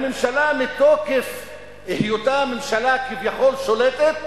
הממשלה, מתוקף היותה ממשלה כביכול שולטת,